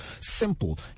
Simple